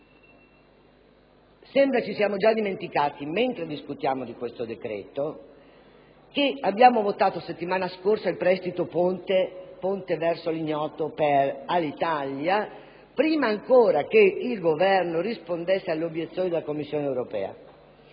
Sembra ci siamo già dimenticati, mentre discutiamo di questo decreto, che la settimana scorsa abbiamo votato il prestito ponte verso l'ignoto per Alitalia, prima ancora che il Governo rispondesse alle obiezioni sollevate dalla Commissione europea.